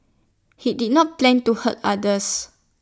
he did not plan to hurt others